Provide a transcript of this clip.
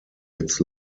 its